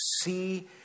see